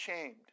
shamed